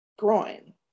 groin